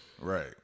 right